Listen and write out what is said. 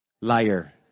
liar